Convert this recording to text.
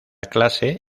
clase